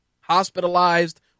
hospitalized